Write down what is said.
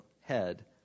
head